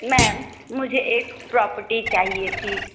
ma'am मुझे एक property चाहिए थी